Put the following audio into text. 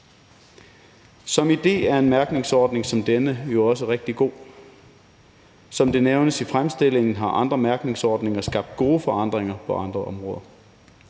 Som idé er en mærkningsordning som denne jo også rigtig god. Som det nævnes i fremstillingen, har andre mærkningsordninger skabt gode forandringer på andre områder.